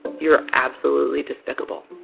you're absolutely despicable.